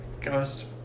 ghost